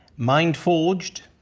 mind-forged,